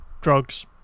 drugs